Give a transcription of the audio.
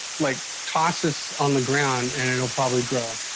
like toss us on the ground and it'll probably grow.